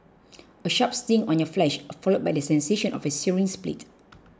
a sharp sting on your flesh followed by the sensation of a searing split